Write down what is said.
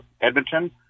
Edmonton